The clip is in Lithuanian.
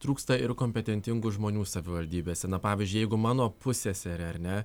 trūksta ir kompetentingų žmonių savivaldybėse na pavyzdžiui jeigu mano pusseserė ar ne